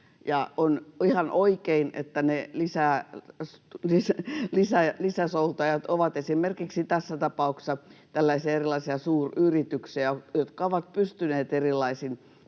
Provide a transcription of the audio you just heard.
on ihan oikein, että ne lisäsoutajat ovat esimerkiksi tässä tapauksessa tällaisia erilaisia suuryrityksiä, jotka ovat pystyneet erilaisin